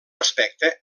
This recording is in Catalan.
aspecte